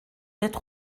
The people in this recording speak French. être